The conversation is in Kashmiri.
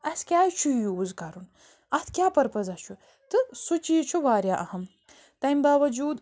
اسہِ کیٛازِ چھُ یہِ یوٗز کرُن اَتھ کیٛاہ پٔرپزا چھُ تہٕ سُہ چیٖز چھُ واریاہ أہم تَمہِ باوجوٗد